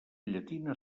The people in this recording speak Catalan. llatina